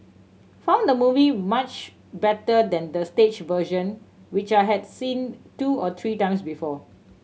found the movie much better than the stage version which I had seen two or three times before